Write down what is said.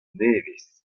nevez